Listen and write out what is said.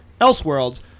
Elseworlds